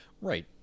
Right